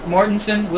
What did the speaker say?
Mortensen